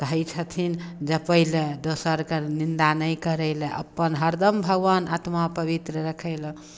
कहै छथिन जपय लेल दोसरके निन्दा नहि करय लेल अपन हरदम भगवान आत्मा पवित्र रखय लेल